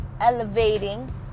elevating